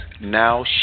now